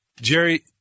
Jerry